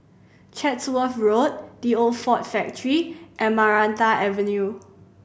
Chatsworth Road The Old Ford Factory and Maranta Avenue